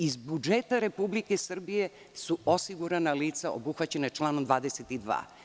Iz budžeta Republike Srbije su osigurana lica obuhvaćena članom 22.